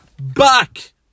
back